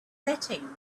setting